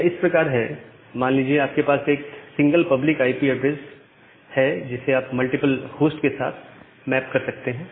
यह इस प्रकार है मान लीजिए आपके पास एक सिंगल पब्लिक आईपी एड्रेस है जिसे आप मल्टीपल होस्ट के साथ मैप कर सकते हैं